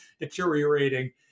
deteriorating